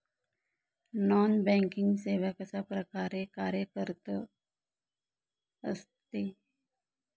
Non banking सेवा कशाप्रकारे कार्यरत असते?